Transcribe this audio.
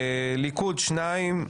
הליכוד שניים,